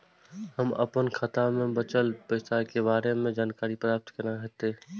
हम अपन खाता में बचल पैसा के बारे में जानकारी प्राप्त केना हैत?